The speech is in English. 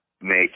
make